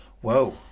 Whoa